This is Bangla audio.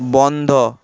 বন্ধ